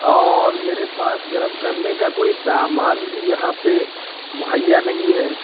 اور میرے پاس گرم کرنے کا کوئی سامان بھی یہاں پہ مہیا نہیں ہے